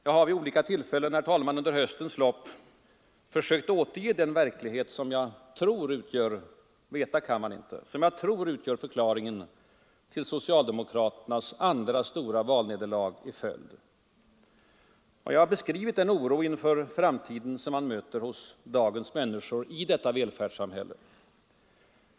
Jag har vid olika tillfällen, herr talman, under höstens lopp försökt återge den verklighet som jag tror — veta kan man inte — utgör förklaringen till socialdemokraternas andra stora valnederlag i följd. Jag har beskrivit den oro inför framtiden som man möter hos dagens människor i detta välfärdssamhälle.